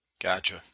gotcha